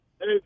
Hey